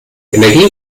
energie